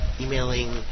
emailing